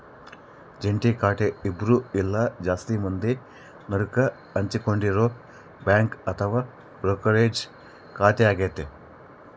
ಜಂಟಿ ಖಾತೆ ಇಬ್ರು ಇಲ್ಲ ಜಾಸ್ತಿ ಮಂದಿ ನಡುಕ ಹಂಚಿಕೊಂಡಿರೊ ಬ್ಯಾಂಕ್ ಅಥವಾ ಬ್ರೋಕರೇಜ್ ಖಾತೆಯಾಗತೆ